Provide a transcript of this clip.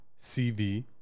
CV